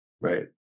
Right